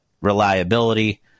reliability